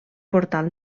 portal